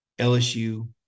LSU